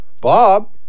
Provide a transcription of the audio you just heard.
Bob